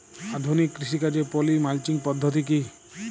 আধুনিক কৃষিকাজে poly mulching পদ্ধতি কি?